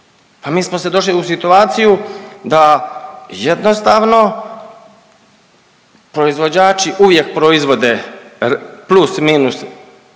a mi smo sad došli u situaciju da jednostavno proizvođači uvijek proizvode plus, minus